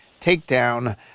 takedown